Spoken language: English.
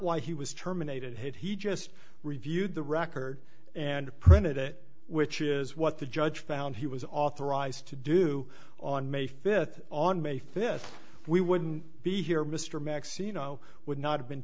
why he was terminated he just reviewed the record and printed it which is what the judge found he was authorized to do on may fifth on may fifth we wouldn't be here mr maxine o would not have been